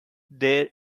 there